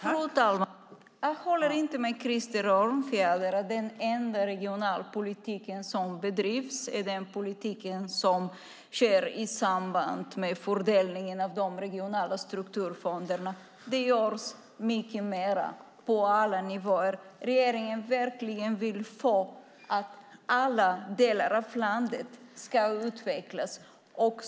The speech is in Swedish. Fru talman! Jag håller inte med Krister Örnfjäder om att den enda regionalpolitik som bedrivs är den politik som sker i samband med fördelningen av de regionala strukturfonderna. Det görs mycket mer på alla nivåer. Regeringen vill verkligen att alla delar av landet ska utvecklas.